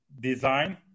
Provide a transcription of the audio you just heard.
design